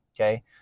okay